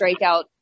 strikeout